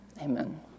amen